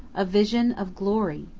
a vision of glory!